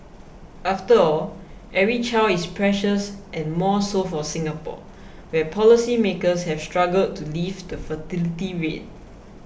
after all every child is precious and more so for Singapore where policymakers have struggled to lift the fertility rate